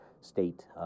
state